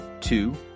two